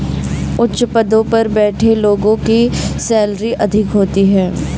उच्च पदों पर बैठे लोगों की सैलरी अधिक होती है